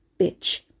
Bitch